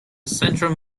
central